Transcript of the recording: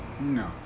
No